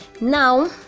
Now